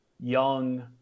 Young